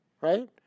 right